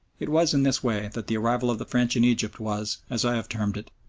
it was in this way that the arrival of the french in egypt was, as i have termed it,